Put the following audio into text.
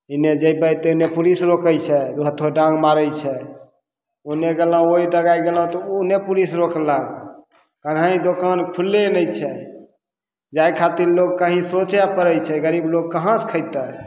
इन्ने जेबय तऽ इन्ने पुलिस रोकय छै दू हत्थो डाँग मारय छै ओन्ने गेलहुँ ओइ तगाइ गेल्लहुँ तऽ उ ओन्ने पुलिस रोकलक कन्है दोकान खुल्ले नहि छै जाइ खातिर लोग कहीं सोचय पड़य छै गरीब लोग कहाँसँ खेतय